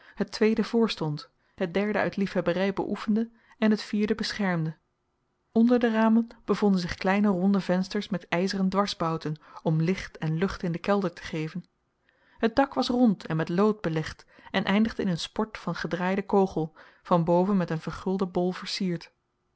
het tweede voorstond het derde uit liefhebberij beoefende en het vierde beschermde onder de ramen bevonden zich kleine ronde vensters met ijzeren dwarsbouten om licht en lucht in den kelder te geven het dak was rond en met lood belegd en eindigde in een sport van gedraaiden kogel van boven met een vergulden bol versierd